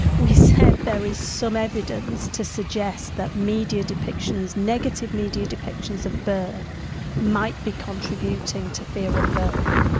we said there is some evidence to suggest that media depictions, negative media depictions of birth might be contributing to fear of birth.